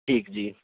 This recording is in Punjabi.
ਠੀਕ ਜੀ